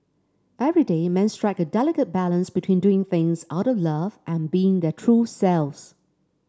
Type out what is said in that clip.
everyday men strike a delicate balance between doing things out of love and being their true selves